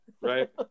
Right